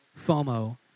FOMO